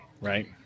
right